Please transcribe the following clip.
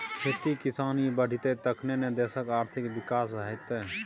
खेती किसानी बढ़ितै तखने न देशक आर्थिक विकास हेतेय